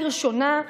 לראשונה,